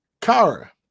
Kara